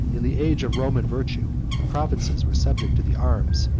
in the age of roman virtue the provinces were subject to the arms,